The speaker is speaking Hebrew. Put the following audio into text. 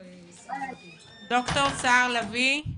דר' סהר לביא,